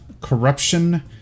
Corruption